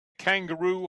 kangaroo